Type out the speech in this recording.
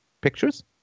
pictures